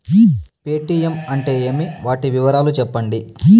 Paytm అంటే ఏమి, వాటి వివరాలు సెప్పండి?